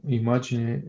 imagine